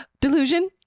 Delusion